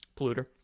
polluter